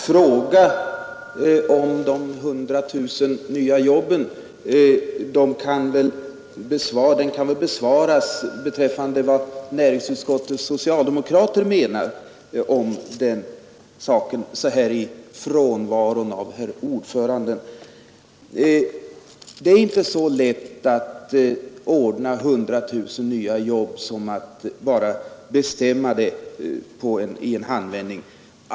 Fru talman! En fråga från herr Börjesson i Glömminge om vad näringsutskottets socialdemokrater menar om de 100 000 nya jobben kan väl besvaras även i frånvaro av herr ordföranden. Det är inte så lätt att få fram 100 000 nya arbeten som att bara bestämma det i en handvändning.